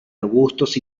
arbustos